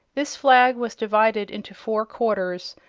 this flag was divided into four quarters,